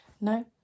No